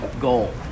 goal